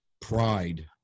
pride